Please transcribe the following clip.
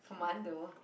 commando